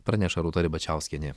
praneša rūta ribačiauskienė